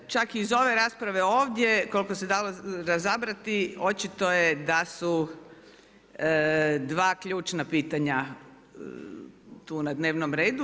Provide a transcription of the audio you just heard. Čak i iz ove rasprave ovdje koliko se dalo razabrati očito je da su dva ključna pitanja tu na dnevnom redu.